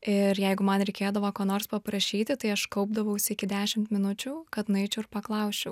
ir jeigu man reikėdavo ko nors paprašyti tai aš kaupdavausi iki dešimt minučių kad nueičiau ir paklausčiau